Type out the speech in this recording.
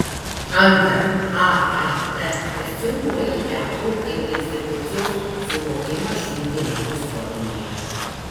antra aat kvestionuoja teatro kaip institucijos suvokimą šių dienų visuomenėje